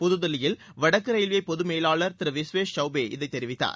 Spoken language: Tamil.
புதுதில்லியில் வடக்கு ரயில்வே பொது மேலாளர் திரு விஸ்வேஸ் சவ்பே இதனை தெரிவித்தார்